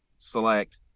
select